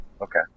okay